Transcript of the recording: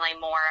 more